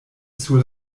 sur